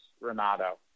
Renato